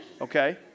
Okay